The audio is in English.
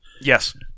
Yes